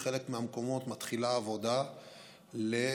ובחלק מהמקומות מתחילה העבודה לשדרוג